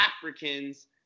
Africans